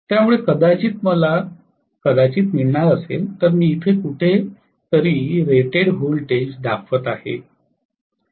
त्यामुळे कदाचित मला कदाचित मिळणार असेल तर मी इथे कुठेतरी रेटेड व्होल्टेज दाखवत आहे